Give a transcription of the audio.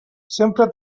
sempre